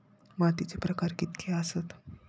मातीचे प्रकार कितके आसत?